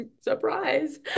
surprise